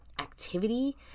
activity